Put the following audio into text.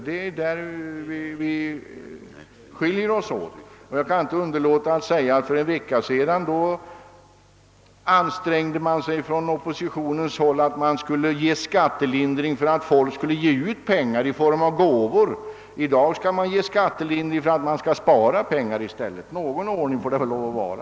På den punkten skiljer vi oss. Jag kan inte underlåta att säga att för en vecka sedan ansträngde sig oppositionen för att få igenom förslag om skattelindring för folk som ger ut pengar i form av gåvor; i dag vill man i stället ge skattelindring för att få folk att spara pengar. Någon ordning får det väl vara!